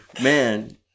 Man